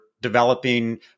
developing